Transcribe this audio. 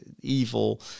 evil